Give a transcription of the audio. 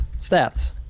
stats